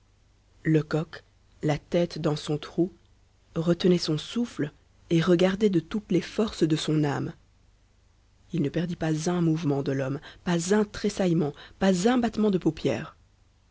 lecoq la tête dans son trou retenait son souffle et regardait de toutes les forces de son âme il ne perdit pas un mouvement de l'homme pas un tressaillement pas un battement de paupière